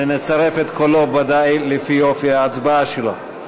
נצרף את קולו ודאי לפי אופי ההצבעה שלו.